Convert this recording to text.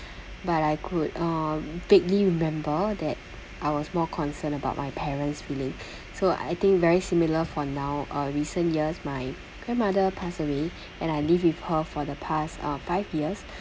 but I could uh vaguely remember that I was more concerned about my parents' feeling so I think very similar for now uh recent years my grandmother pass away and I live with her for the past uh five years